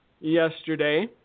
yesterday